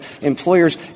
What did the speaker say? employers